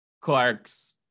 Clark's